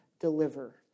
deliver